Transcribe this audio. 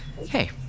Hey